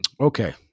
Okay